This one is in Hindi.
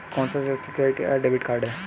कौन सा सुरक्षित है क्रेडिट या डेबिट कार्ड?